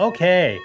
Okay